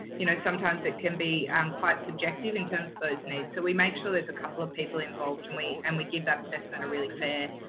you know, sometimes it can be um quite subjective in terms of those needs. so we make sure there's a couple of people involved and we and we give that assessment a really fair,